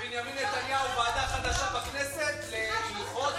בנימין נתניהו ועדה חדשה בכנסת להלכות ונימוסין.